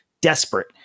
desperate